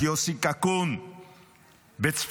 את יוסי קקון בצפת,